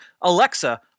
Alexa